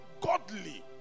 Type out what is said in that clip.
godly